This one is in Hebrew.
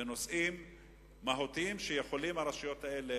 בנושאים מהותיים, שהרשויות האלה